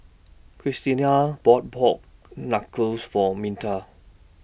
Christiana bought Pork Knuckles For Minta